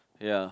ya